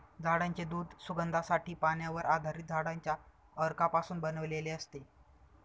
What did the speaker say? झाडांचे दूध सुगंधासाठी, पाण्यावर आधारित झाडांच्या अर्कापासून बनवलेले असते